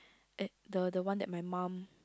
at the the one that my mum